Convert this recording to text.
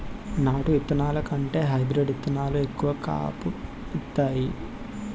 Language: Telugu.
నాటు ఇత్తనాల కంటే హైబ్రీడ్ ఇత్తనాలు ఎక్కువ కాపు ఇత్తాయి